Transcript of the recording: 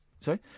Sorry